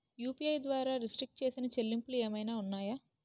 UPI ద్వారా restrict చేసిన చెల్లింపులు ఏమైనా ఉన్నాయా?